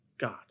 God